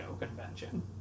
Convention